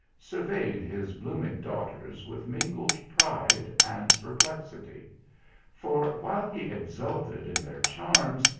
surveyed his blooming daughters with mingled pride and perplexity for while he exulted in their charms,